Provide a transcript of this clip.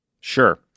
sure